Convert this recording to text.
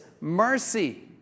mercy